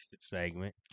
segment